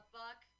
buck